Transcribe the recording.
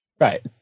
Right